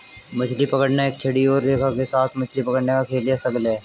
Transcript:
मछली पकड़ना एक छड़ी और रेखा के साथ मछली पकड़ने का खेल या शगल है